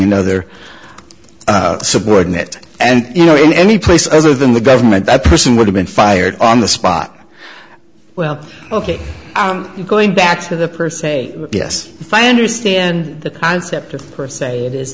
another subordinate and you know any place other than the government that person would have been fired on the spot well ok i'm going back to the per se yes if i understand the concept per se it is